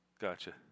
Gotcha